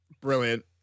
Brilliant